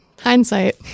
Hindsight